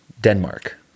Denmark